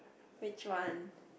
which one